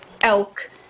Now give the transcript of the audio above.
elk